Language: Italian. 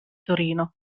torino